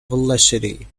velocity